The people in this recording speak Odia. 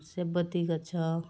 ସେବତୀ ଗଛ